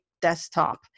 desktop